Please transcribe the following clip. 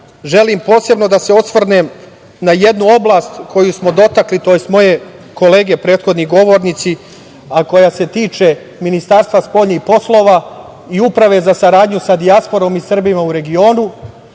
želim posebno da se osvrnem na jednu oblast koju smo dotakli, to jest moje kolege prethodni govornici, a koja se tiče Ministarstva spoljnih poslova i Uprave za saradnju sa dijasporom i Srbima u regionu. Kao